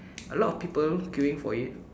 a lot of people queuing for it